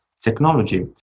technology